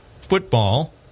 football